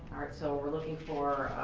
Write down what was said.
alright, so we're looking for